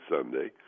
Sunday